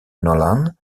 nolan